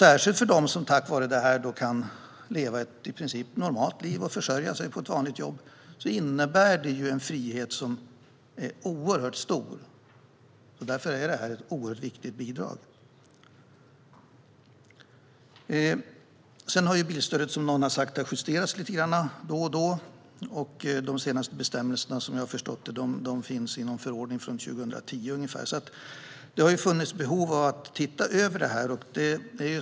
Särskilt för dem som tack vare detta kan leva ett i princip normalt liv och försörja sig på ett vanligt jobb innebär det en oerhört stor frihet. Därför är detta ett mycket viktigt bidrag. Som någon sa här har bilstödet justerats lite grann då och då. Och de senaste bestämmelserna finns, som jag har förstått, i en förordning från omkring 2010. Det har alltså funnits behov av att se över detta.